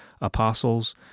apostles